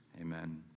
Amen